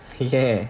ஏன்:yaen